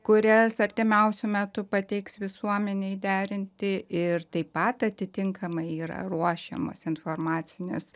kurias artimiausiu metu pateiks visuomenei derinti ir taip pat atitinkamai yra ruošiamos informacinės